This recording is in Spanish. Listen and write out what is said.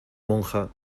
monja